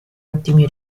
ottimi